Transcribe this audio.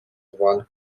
wan